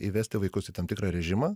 įvesti vaikus į tam tikrą režimą